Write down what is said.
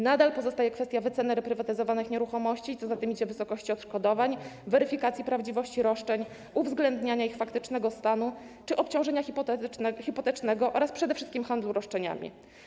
Nadal pozostają kwestie dotyczące wyceny reprywatyzowanych nieruchomości, a co za tym idzie - wysokości odszkodowań, weryfikacji prawdziwości roszczeń, uwzględniania ich faktycznego stanu czy obciążenia hipotecznego oraz przede wszystkim handlu roszczeniami.